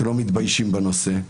שלא מתביישים בנושא.